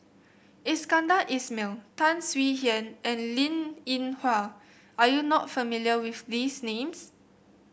Iskandar Ismail Tan Swie Hian and Linn In Hua are you not familiar with these names